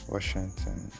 Washington